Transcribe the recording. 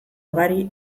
ugari